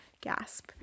gasp